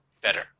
better